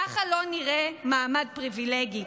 ככה לא נראה מעמד פריבילגי.